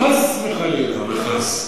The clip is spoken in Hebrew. חס וחלילה וחס.